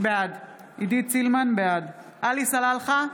בעד עלי סלאלחה,